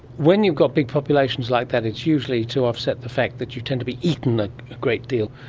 when you've got big populations like that, it's usually to offset the fact that you tend to be eaten a great deal.